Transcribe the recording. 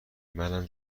منم